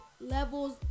levels